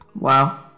Wow